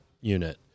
unit